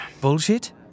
Bullshit